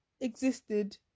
existed